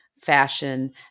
fashion